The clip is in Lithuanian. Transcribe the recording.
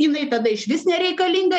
jinai tada išvis nereikalinga